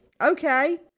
okay